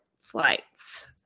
flights